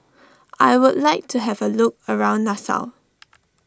I would like to have a look around Nassau